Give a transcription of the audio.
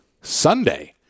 Sunday